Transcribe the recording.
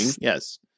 Yes